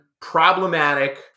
problematic